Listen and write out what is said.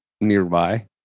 nearby